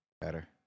Better